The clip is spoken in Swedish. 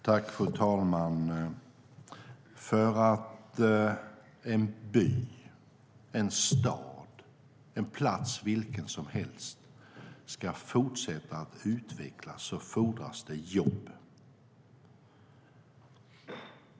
Fru talman! För att en by, en stad eller en plats vilken som helst ska fortsätta att utvecklas fordras det jobb.